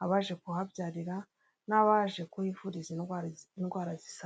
wagira ngo ni amabati, hasi hariho n'ibyatsi n'amaraba.